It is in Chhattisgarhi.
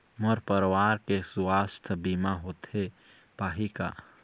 मोर परवार के सुवास्थ बीमा होथे पाही का?